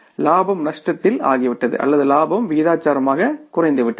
இலாபம் நஷ்டத்தில் ஆகிவிட்டது அல்லது லாபம் விகிதாசாரமாக குறைந்துவிட்டது